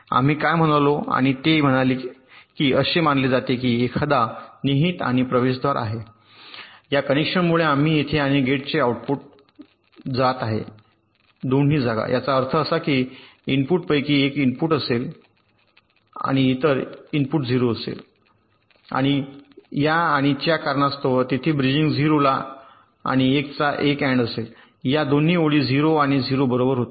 आम्ही काय म्हणालो आणि ते म्हणाले की असे मानले जाते की जणू काही एखादा निहित व प्रवेशद्वार आहे या कनेक्शनमुळे आणि येथे आणि गेटचे हे आउटपुट जात आहे दोन्ही जागा याचा अर्थ असा की जर इनपुटपैकी एक इनपुट 1 असेल तर इतर इनपुट 0 असेल या आणि च्या कारणास्तव तेथे ब्रिजिंग 0 आणि 1 चा एक AND असेल या दोन्ही ओळी 0 आणि 0 बरोबर होतील